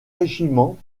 régiment